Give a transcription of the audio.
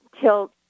till